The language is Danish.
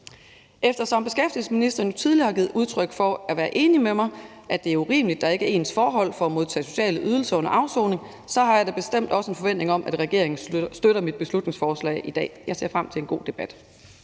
Eftersom beskæftigelsesministeren tidligere har givet udtryk for at være enig med mig i, at det er urimeligt, at der ikke er ens forhold for at modtage sociale ydelser under afsoning, har jeg bestemt også en forventning om, at regeringen støtter mit beslutningsforslag i dag. Jeg ser frem til en god debat.